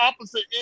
opposite